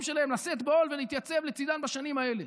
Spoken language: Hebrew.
שלהם לשאת בעול ולהתייצב לצידם בשנים האלה,